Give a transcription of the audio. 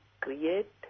create